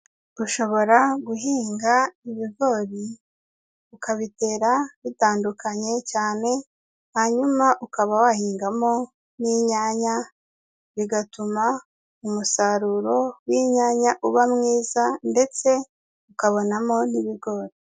Ushobora guhinga ibigori, ukabitera bitandukanye cyane, hanyuma ukaba wahingamo n'inyanya, bigatuma umusaruro w'inyanya uba mwiza ndetse ukabonamo n'ibigori.